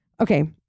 Okay